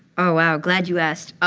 oh, wow. glad you asked.